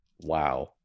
Wow